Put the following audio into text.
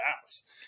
house